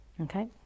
Okay